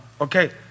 okay